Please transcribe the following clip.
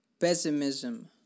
Pessimism